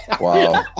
Wow